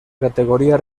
categoría